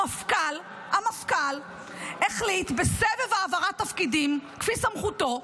המפכ"ל החליט בסבב העברת תפקידים, כפי סמכותו,